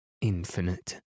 infinite